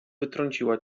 wytrąciła